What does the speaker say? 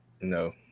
No